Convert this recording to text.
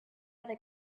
other